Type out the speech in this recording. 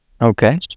okay